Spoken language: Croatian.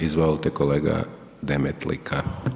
Izvolite kolega Demetlika.